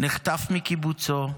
נחטף מקיבוצו,